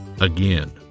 Again